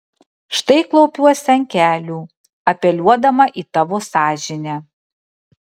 štai klaupiuosi ant kelių apeliuodama į tavo sąžinę